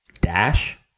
Dash